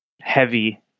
heavy